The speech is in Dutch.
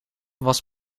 was